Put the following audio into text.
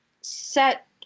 set